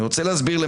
אני רוצה להסביר.